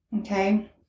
Okay